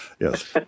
yes